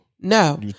No